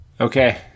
Okay